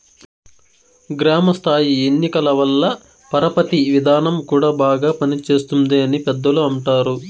గ్రామ స్థాయి ఎన్నికల వల్ల పరపతి విధానం కూడా బాగా పనిచేస్తుంది అని పెద్దలు అంటారు